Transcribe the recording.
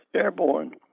airborne